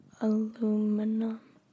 aluminum